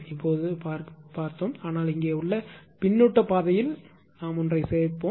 இப்போது பார்த்தோம் ஆனால் இங்கே உங்கள் பின்னூட்டப் பாதையில் ஒன்றைச் சேர்ப்போம்